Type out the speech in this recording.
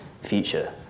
future